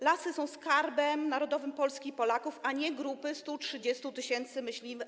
Lasy są skarbem narodowym Polski i Polaków, a nie grupy 130 tys. myśliwych.